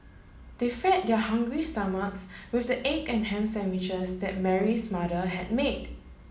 they fed their hungry stomachs with the egg and ham sandwiches that Mary's mother had made